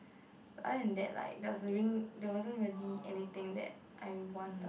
other than that like there was~ there wasn't really anything that I want ah